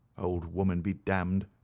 old woman be damned!